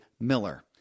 Miller